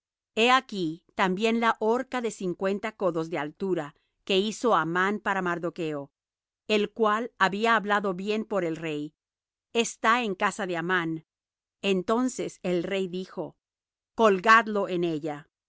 he aquí también la horca de cincuenta codos de altura que hizo amán para mardocho el cual había hablado bien por el rey está en casa de amán entonces el rey dijo colgadlo en ella